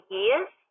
years